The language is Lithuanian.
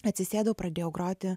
atsisėdau pradėjau groti